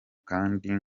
kandi